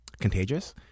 contagious